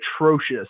atrocious